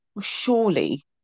Surely